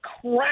crap